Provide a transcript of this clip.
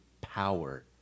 power